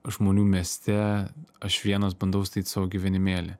žmonių mieste aš vienas bandau statyt savo gyvenimėlį